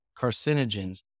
carcinogens